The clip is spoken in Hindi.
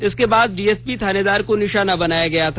इसके बाद डीएसपी थानेदार को निशाना बनाया गया था